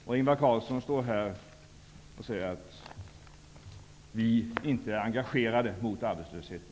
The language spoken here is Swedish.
Och Ingvar Carlsson står här och säger att vi inte är engagerade mot arbetslösheten!